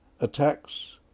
attacks